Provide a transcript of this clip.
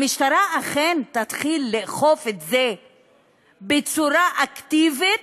המשטרה אכן תתחיל לאכוף את זה בצורה אקטיבית,